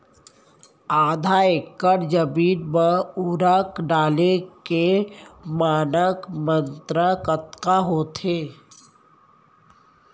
आधा एकड़ जमीन मा उर्वरक डाले के मानक मात्रा कतका होथे?